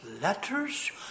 letters